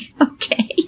okay